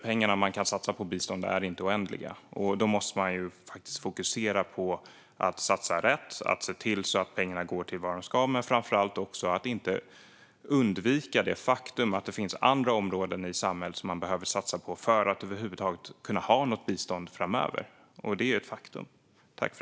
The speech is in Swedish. Pengarna vi kan satsa på bistånd är inte oändliga, och därför måste vi fokusera på att satsa rätt och se till att pengarna går till det de ska. Men framför allt får vi inte blunda för det faktum att det finns andra områden i samhället som vi behöver satsa på för att vi över huvud taget ska kunna ha något bistånd framöver.